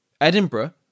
Edinburgh